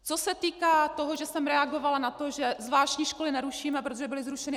Co se týká toho, že jsem reagovala na to, že zvláštní školy nerušíme, protože byly zrušeny.